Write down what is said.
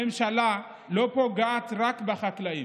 הממשלה לא פוגעת רק בחקלאים,